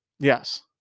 Yes